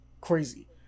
crazy